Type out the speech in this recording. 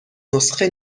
نسخه